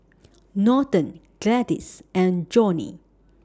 Norton Gladis and Johnnie